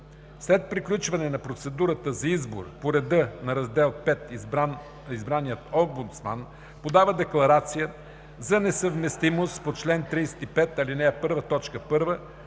След приключване на процедурата за избор по реда на раздел V избраният омбудсман подава декларация за несъвместимост по чл. 35, ал. 1,